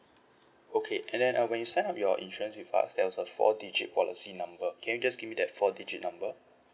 okay and then uh when you sign up your insurance with us there was a four digit policy number can you just give me that four digit number